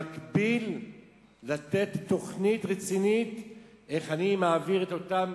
במקביל תוכנית רצינית איך אני מעביר את אותם